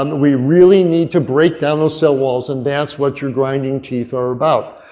and we really need to break down those cell walls and that's what your grinding teeth are about.